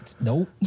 Nope